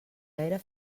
gaire